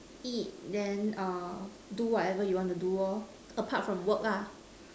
eat then err do whatever you want to do all apart from work lah